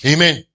Amen